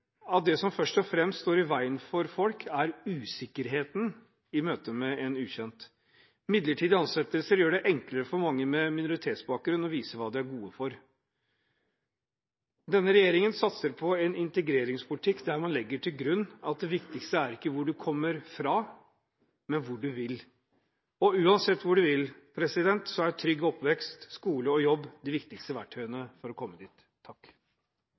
det som først og fremst står i veien for folk, er usikkerheten i møte med en ukjent. Midlertidige ansettelser gjør det enklere for mange med minoritetsbakgrunn å vise hva de er gode for. Denne regjeringen satser på en integreringspolitikk der man legger til grunn at det viktigste er ikke hvor man kommer fra, men hvor man vil. Uansett hvor man vil, er trygg oppvekst, skole og jobb de viktigste verktøyene for å komme dit.